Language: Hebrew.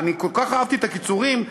כל כך אהבתי את הקיצורים,